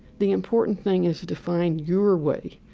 the important thing is to find your way,